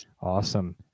Awesome